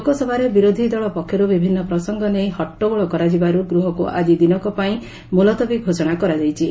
ଲୋକସଭାରେ ବିରୋଧି ଦଳ ପକ୍ଷରୁ ବିଭିନ୍ନ ପ୍ରସଙ୍ଗ ନେଇ ହଟ୍ଟଗୋଳ କରାଯିବାରୁ ଗୃହକୁ ଆଜି ଦିନକପାଇଁ ମୁଲତବୀ ଘୋଷଣା କରାଯାଇଚି